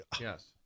yes